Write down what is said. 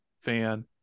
fan